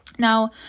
Now